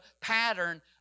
pattern